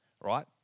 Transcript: right